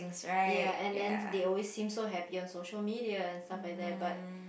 ya and then they always seem so happy on social media and stuff like that but